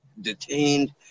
detained